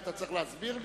אז אתה צריך להסביר לי?